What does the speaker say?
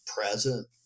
present